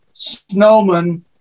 Snowman